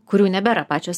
kurių nebėra pačios